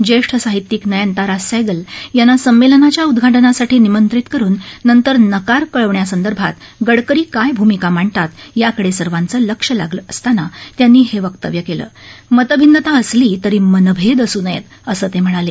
ज्येष्ठ साहित्यिक नयनतारा सहगल याप्ति सर्वजनाच्या उद्घाटनासाठी निमर्वित करुन नस्ति नकार कळवण्यासर्वजीत गडकरी काय भूमिका मार्डकात याकडे सर्वाचविक्ष लागलविसताना त्याप्ती हे वक्तव्य केल वितभिन्नता असली तरी मनभेद असू नयेत असविं म्हणाले